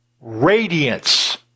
radiance